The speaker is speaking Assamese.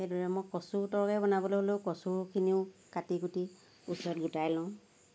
এইদৰে মই কচুৰ তৰকাৰি বনাবলৈ হ'লেও কচুখিনিও কাটি কুটি ওচৰত গোটাই লওঁ